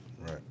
Right